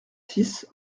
six